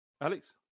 Alex